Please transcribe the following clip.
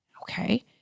okay